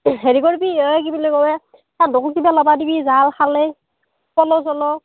হেৰি কৰিবি এই কি বুলি কয় সেন্ধকো কিবা ল'ব দিবি জাল খালৈ পলহ চলহ